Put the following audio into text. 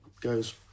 goes